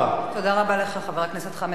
תודה רבה לך, חבר הכנסת חמד עמאר.